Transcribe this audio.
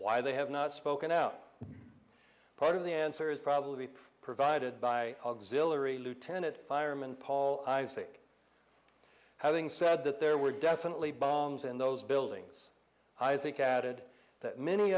why they have not spoken out part of the answer is probably be provided by auxilary lieutenant fireman paul isaac having said that there were definitely bombs in those buildings isaac added that many